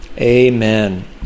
amen